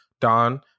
don